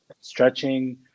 stretching